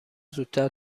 زودتر